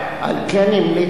השר משיב לך.